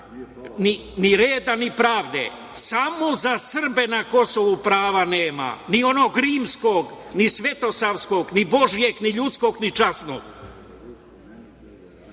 ni reda, ni pravde. Samo za Srbe na Kosovu prava nema, ni onog rimskog, ni Svetosavskog, ni Božijeg, ni ljudskog, ni časnog. Mnogi